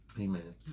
amen